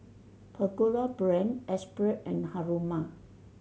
Pagoda Brand Esprit and Haruma